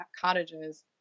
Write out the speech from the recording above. cottages